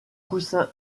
coussins